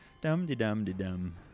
Dum-de-dum-de-dum